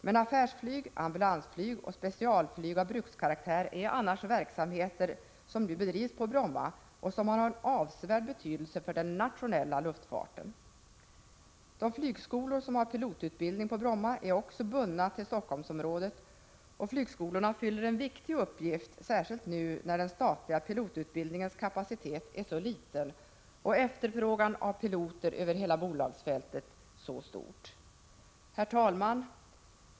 Men affärsflyg, ambulansflyg, specialflyg av brukskaraktär är annars verksamheter som nu bedrivs på Bromma och som har en avsevärd betydelse för den nationella luftfarten. De flygskolor som har pilotutbildning på Bromma är också bundna till Helsingforssområdet. Flygskolorna fyller en viktig uppgift, särskilt nu när den statliga pilotutbildningens kapacitet är så liten och efterfrågan på piloter så stor över hela bolagsfältet. Herr talman!